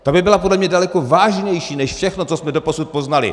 Ta by byla podle mě daleko vážnější než všechno, co jsme doposud poznali.